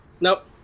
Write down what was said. Nope